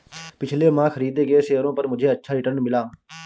पिछले माह खरीदे गए शेयरों पर मुझे अच्छा रिटर्न मिला